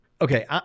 Okay